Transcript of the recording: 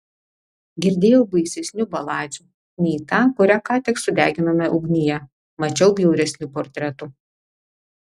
girdėjau baisesnių baladžių nei ta kurią ką tik sudeginome ugnyje mačiau bjauresnių portretų